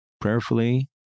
prayerfully